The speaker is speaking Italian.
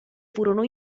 furono